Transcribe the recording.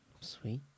sweet